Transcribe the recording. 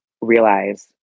realize